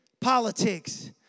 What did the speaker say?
politics